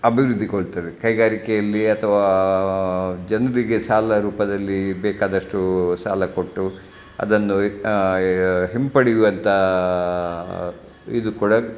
ಅಭಿವೃದ್ಧಿಗೊಳ್ತದೆ ಕೈಗಾರಿಕೆಯಲ್ಲಿ ಅಥವಾ ಜನರಿಗೆ ಸಾಲ ರೂಪದಲ್ಲಿ ಬೇಕಾದಷ್ಟು ಸಾಲ ಕೊಟ್ಟು ಅದನ್ನು ಹಿಂಪಡೆಯುವಂಥ ಇದು ಕೂಡ